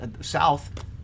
south